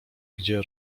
gdzie